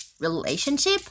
relationship